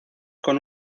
con